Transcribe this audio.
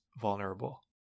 vulnerable